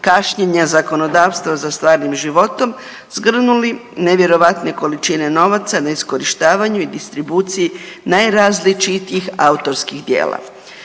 kašnjenja zakonodavstva za stvarnim životom zgrnuli nevjerojatne količine novaca na iskorištavanju i distribuciji najrazličitijih autorskih djela.